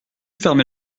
fermer